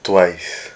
twice